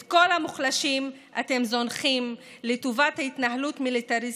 את כל המוחלשים אתם זונחים לטובת התנהלות מיליטריסטית,